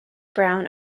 brown